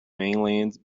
mainland